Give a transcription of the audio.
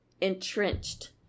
entrenched